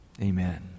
Amen